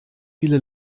viele